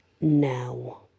Now